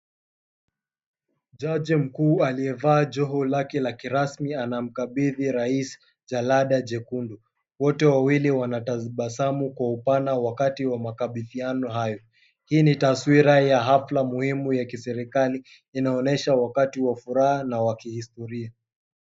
Jaji mkuu aliyevaa joho lake la kirasmi anamkabidhi Rais jalada jekundu. Wote wawili wanatabasamu kwa upana wakati wa makabidhiano hayo. Hii ni taswira ya hafla muhimu ya kiserikali, inaonyesha wakati wa furaha na wa kihistoria.